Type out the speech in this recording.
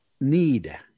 need